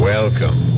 Welcome